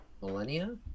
millennia